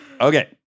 okay